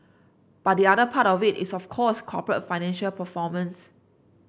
but the other part of it is of course corporate financial performance